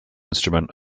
instrument